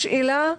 השאלה,